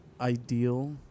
ideal